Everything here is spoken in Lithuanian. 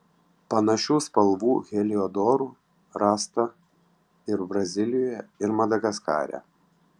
panašių spalvų heliodorų rasta ir brazilijoje ir madagaskare